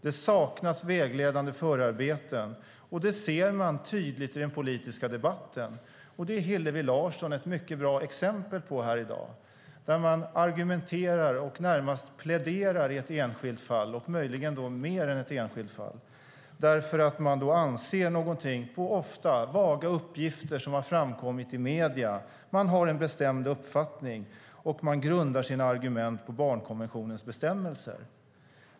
Det saknas vägledande förarbeten. Det ser man tydligt i den politiska debatten, och det är Hillevi Larsson ett mycket bra exempel på här i dag. Man argumenterar, närmast pläderar, i ett enskilt fall och möjligen mer än i ett enskilt fall därför att man anser någonting på ofta vaga uppgifter som har framkommit i medierna. Man har en bestämd uppfattning, och man grundar sina argument på barnkonventionens bestämmelser.